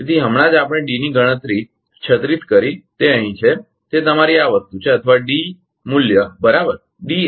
તેથી હમણાં જ આપણે D ની ગણતરી 36 કરી તે અહીં છે તે તમારી આ વસ્તુ છે અથવા ડી મૂલ્ય બરાબર